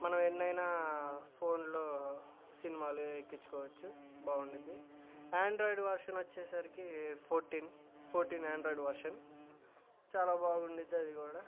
మనం ఎన్నైనా ఫోన్లో సినిమాలే ఎక్కించుకోవచ్చు బాగుండుద్ధి ఆండ్రాయిడ్ వర్షన్ వచ్చేసరికి ఫోర్టీన్ ఫోర్టీన్ ఆండ్రాయిడ్ వర్షన్ చాలా బాగుండుద్ధి అది కూడా